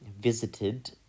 visited